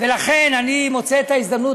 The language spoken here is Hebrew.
לכן אני מוצא את ההזדמנות,